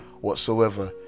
whatsoever